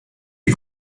die